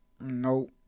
Nope